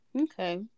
Okay